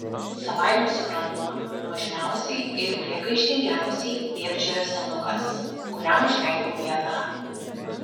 savaime suprantama nuožmiausiai ir priekaištingiausiai dėbčiojo senukas kuriam užleidau vietą